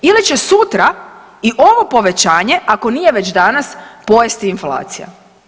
Ili će sutra i ovo povećanje, ako nije već danas pojesti inflacija.